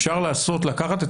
אפשר לקחת את